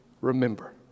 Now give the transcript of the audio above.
remember